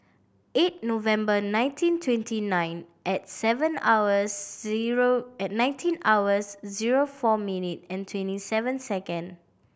eight November nineteen twenty nine at seven hours zero at nineteen hours zero four minute and twenty seven second